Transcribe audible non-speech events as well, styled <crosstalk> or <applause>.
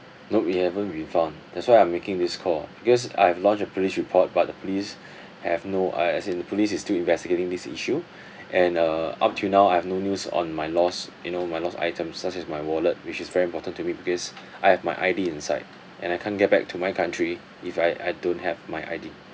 no it haven't been found that's why I'm making this call because I have lodged a police report but the police <breath> have no uh as in the police is still investigating this issue <breath> and uh up till now I have no news on my lost you know my lost items such as my wallet which is very important to me because <breath> I have my I_D inside and I can't get back to my country if I I don't have my I_D